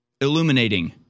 illuminating